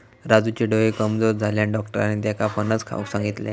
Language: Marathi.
राजूचे डोळे कमजोर झाल्यानं, डाक्टरांनी त्येका फणस खाऊक सांगितल्यानी